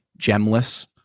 gemless